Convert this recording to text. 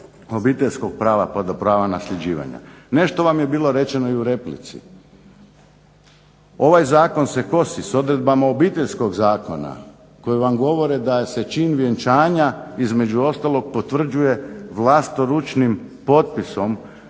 obiteljskog prava pa do prava nasljeđivanja. Nešto vam je bilo rečeno i u replici. Ovaj zakon se kosi s odredbama Obiteljskog zakona koji vam govore da se čin vjenčanja između ostalog potvrđuje vlastoručnim potpisom